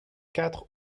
quatre